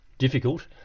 difficult